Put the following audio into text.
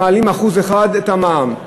מעלים ב-1% את המע"מ.